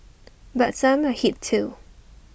but some are hit too